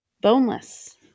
boneless